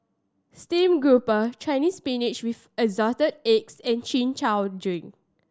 stream grouper Chinese Spinach with Assorted Eggs and Chin Chow drink